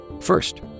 First